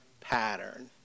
pattern